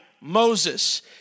Moses